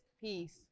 peace